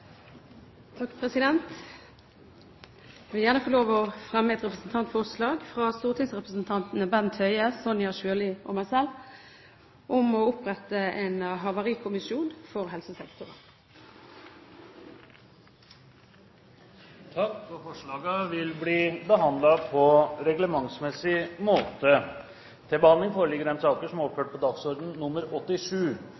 Jeg vil gjerne få lov til å fremme et representantforslag fra stortingsrepresentantene Bent Høie, Sonja Irene Sjøli og meg selv om å opprette en «havarikommisjon» for helsesektoren. Forslagene vil bli behandlet på reglementsmessig måte.